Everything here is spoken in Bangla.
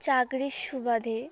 চাকরির সুবাদে